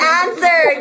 answer